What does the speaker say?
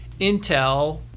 Intel